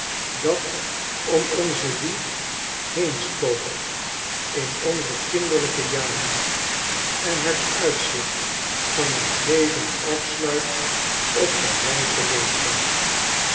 dat om onze wieg heen spookt inonzekinderlijkejaren en het uitzicht van ons leven afsluit op den rijpen leeftijd